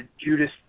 Judas